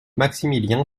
maximilien